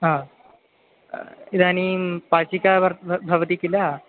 इदानीं पाचिका वा वा भवति किल